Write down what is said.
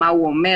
מה הוא אומר,